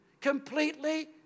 Completely